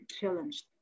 challenged